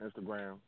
Instagram